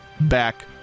back